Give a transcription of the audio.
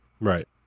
right